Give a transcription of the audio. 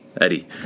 Eddie